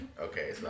Okay